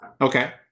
Okay